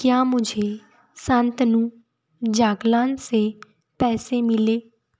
क्या मुझे शांतनु जागलान से पैसे मिले